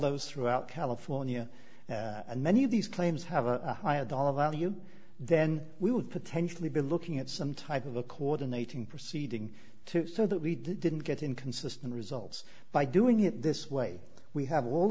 those throughout california and many of these claims have a higher dollar value then we would potentially be looking at some type of a coordinating proceeding so that we didn't get inconsistent results by doing it this way we have all